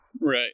right